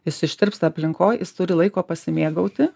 jis ištirpsta aplinkoj jis turi laiko pasimėgauti